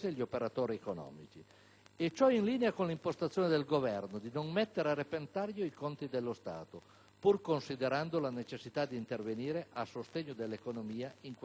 ciò in linea con l'impostazione del Governo di non mettere a repentaglio i conti dello Stato, pur considerando la necessità di intervenire a sostegno dell'economia in questo delicato frangente.